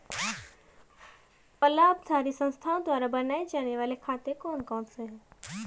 अलाभकारी संस्थाओं द्वारा बनाए जाने वाले खाते कौन कौनसे हैं?